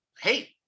hey